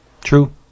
True